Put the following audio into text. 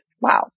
Wow